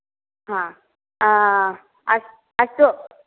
हा अस् अस्तु